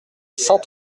cent